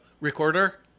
Recorder